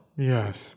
Yes